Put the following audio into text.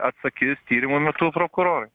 atsakys tyrimo metu prokurorai